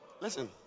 Listen